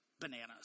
bananas